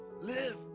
Live